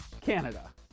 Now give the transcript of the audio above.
Canada